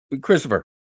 Christopher